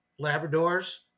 Labradors